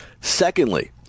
Secondly